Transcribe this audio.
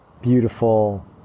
beautiful